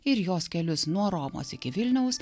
ir jos kelius nuo romos iki vilniaus